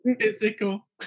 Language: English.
physical